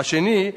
השני,